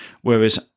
Whereas